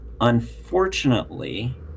Unfortunately